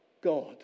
God